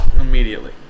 Immediately